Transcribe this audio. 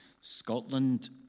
Scotland